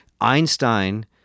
Einstein